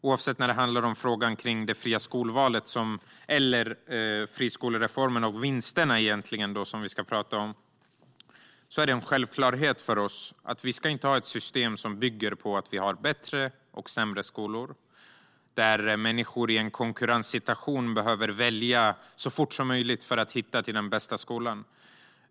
Oavsett om det handlar om det fria skolvalet eller friskolereformen och vinsterna är det en självklarhet för oss att vi inte ska ha ett system som bygger på att vi har bättre och sämre skolor, där människor i en konkurrenssituation så fort som möjligt behöver välja för att hitta den bästa skolan.